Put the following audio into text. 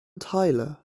tyler